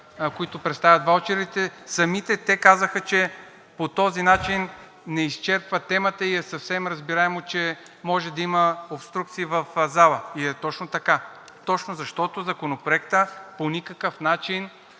които представят ваучерите. Самите те казаха, че по този начин не се изчерпва темата и е съвсем разбираемо, че може да има обструкции в залата, и е точно така, точно защото Законопроектът по никакъв начин